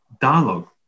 dialogue